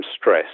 stress